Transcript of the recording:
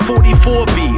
44b